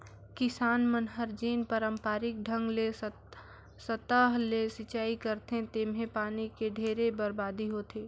किसान मन हर जेन पांरपरिक ढंग ले सतह ले सिचई करथे तेम्हे पानी के ढेरे बरबादी होथे